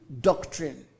doctrine